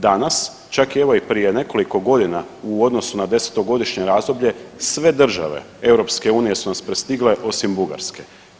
Danas čak evo i prije nekoliko godina u odnosu na desetogodišnje razdoblje sve države EU su nas prestigle osim Bugarske.